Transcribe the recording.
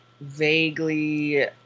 vaguely